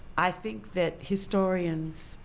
i think that historians